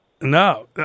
No